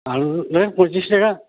আলু ওই পঁচিশ টাকা